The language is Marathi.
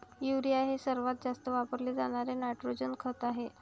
युरिया हे सर्वात जास्त वापरले जाणारे नायट्रोजन खत आहे